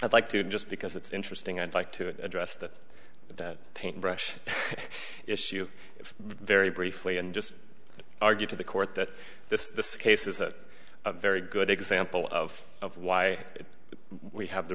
i'd like to just because it's interesting i'd like to address that that paintbrush issue very briefly and just argue to the court that this case is that a very good example of of why we have the